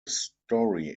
story